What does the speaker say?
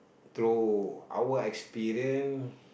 through our experience